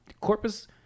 Corpus